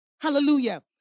Hallelujah